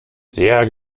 sehr